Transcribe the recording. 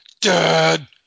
Dad